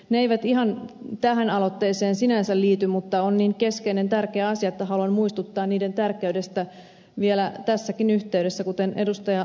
ne eivät ihan tähän aloitteeseen sinänsä liity mutta ne ovat niin keskeinen ja tärkeä asia että haluan muistuttaa niiden tärkeydestä vielä tässäkin yhteydessä kuten ed